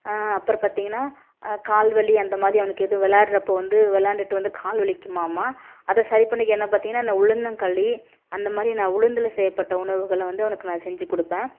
அப்புறம் பார்த்தீங்கன்னா கால் வலி அந்தமாதிரி அவனுக்கு இது விளாயாட்றப்போ வந்து விளாண்டுவிட்டு வந்து கால் வலிக்குமாமா அதை சரி பண்ணிக்க என்ன பார்த்தீங்கன்னா என்ன உளுந்தங்களி அந்த மாதிரி நான் உளுந்தில் செய்யப்பட்ட உணவுகளை வந்து அவனுக்கு நான் செஞ்சிக் கொடுப்பேன்